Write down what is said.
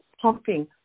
pumping